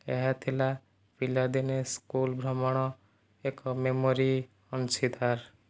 ଏହା ଥିଲା ପିଲାଦିନେ ସ୍କୁଲ୍ ଭ୍ରମଣ ଏକ ମେମୋରୀ ଅଂଶୀଦାର